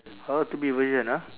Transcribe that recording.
orh two B version ah